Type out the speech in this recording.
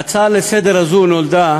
ההצעה לסדר-יום הזו נולדה